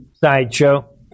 sideshow